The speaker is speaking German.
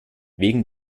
wegen